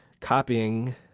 copying